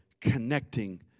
connecting